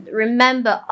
remember